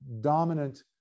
dominant